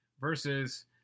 versus